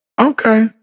okay